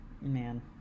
man